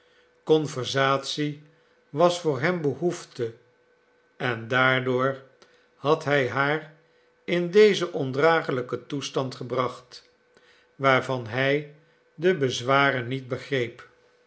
conversatie was voor hem behoefte on daardoor had hij haar in dezen ondragelijken toestand gebracht waarvan hij de bezwaren niet begreep